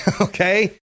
Okay